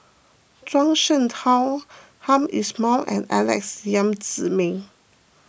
Zhuang Shengtao Hamed Ismail and Alex Yam Ziming